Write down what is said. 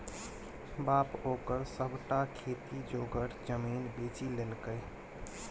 बाप ओकर सभटा खेती जोगर जमीन बेचि लेलकै